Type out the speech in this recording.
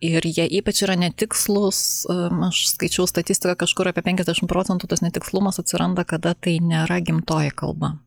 ir jie ypač yra netikslūs aš skaičiau statistiką kažkur apie penkiasdešim procentų tas netikslumas atsiranda kada tai nėra gimtoji kalba